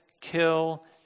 kill